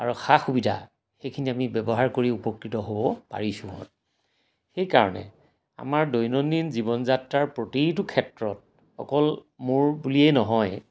আৰু সা সুবিধা সেইখিনি আমি ব্যৱহাৰ কৰি উপকৃত হ'ব পাৰিছোঁ হয় সেইকাৰণে আমাৰ দৈনন্দিন জীৱন যাত্ৰাৰ প্ৰতিটো ক্ষেত্ৰত অকল মোৰ বুলিয়েই নহয়